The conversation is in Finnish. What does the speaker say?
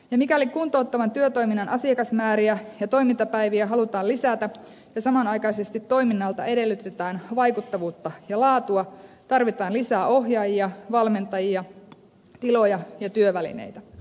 ja mikäli kuntouttavan työtoiminnan asiakasmääriä ja toimintapäiviä halutaan lisätä ja samanaikaisesti toiminnalta edellytetään vaikuttavuutta ja laatua tarvitaan lisää ohjaajia valmentajia tiloja ja työvälineitä